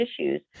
issues